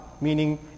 meaning